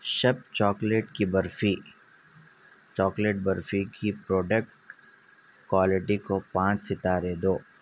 شب چاکلیٹ کی برفی چاکلیٹ برفی کی پروڈکٹ کوالیٹی کو پانچ ستارے دو